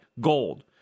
gold